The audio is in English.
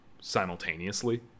simultaneously